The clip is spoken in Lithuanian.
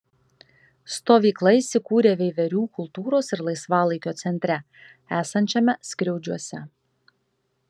stovykla įsikūrė veiverių kultūros ir laisvalaikio centre esančiame skriaudžiuose